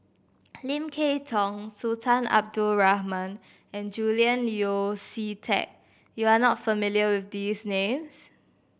Lim Kay Tong Sultan Abdul Rahman and Julian Yeo See Teck you are not familiar with these names